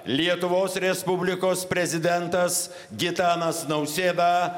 lietuvos respublikos prezidentas gitanas nausėda